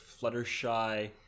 Fluttershy